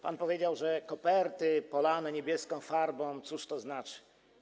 Pan powiedział o kopertach polanych niebieską farbą, cóż to znaczy.